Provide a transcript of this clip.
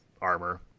armor